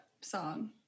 song